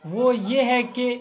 وہ یہ ہے کہ